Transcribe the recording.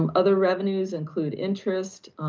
um other revenues include interest,